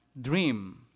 dream